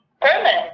permanent